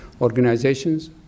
organizations